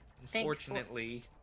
unfortunately